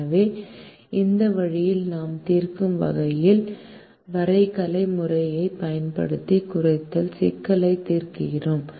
எனவே இந்த வழியில் நாம் தீர்க்கும் வகையில் வரைகலை முறையைப் பயன்படுத்தி குறைத்தல் சிக்கல்களைத் தீர்க்கிறோம்